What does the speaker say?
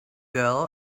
girl